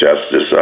Justice